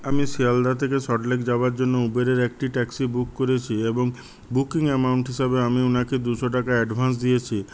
আমি শিয়ালদা থেকে সল্টলেক যাওয়ার জন্য উবেরের একটি ট্যাক্সি বুক করেছি এবং বুকিং এমাউন্ট হিসাবে আমি ওনাকে দুশো টাকা অ্যাডভান্স দিয়েছি